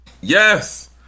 Yes